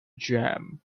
jam